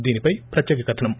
దీనిపై ప్రత్యెక కధనం